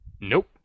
Nope